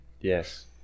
Yes